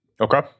Okay